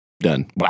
Done